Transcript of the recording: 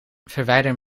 verwijder